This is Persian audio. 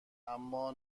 اما